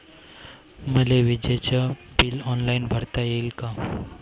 मले विजेच bill online भरता येईन का?